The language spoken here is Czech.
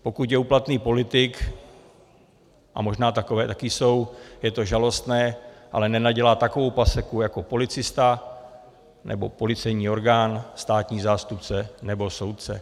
Pokud je úplatný politik a možná takoví taky jsou je to žalostné, ale nenadělá takovou paseku jako policista nebo policejní orgán, státní zástupce nebo soudce.